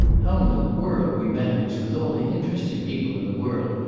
how in the world we manage, with all the interesting people in the world,